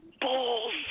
Balls